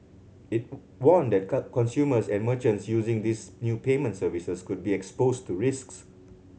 it warned that cut consumers and merchants using these new payment services could be exposed to risks